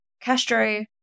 Castro